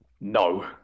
no